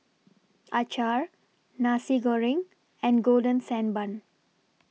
Acar Nasi Goreng and Golden Sand Bun